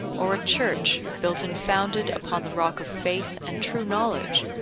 or a church built and founded upon the rock of faith and true knowledge,